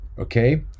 Okay